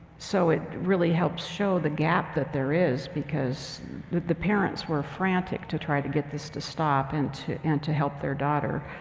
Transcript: so it really helps show the gap that there is, because the parents were frantic to try to get this to stop and to and to help their daughter.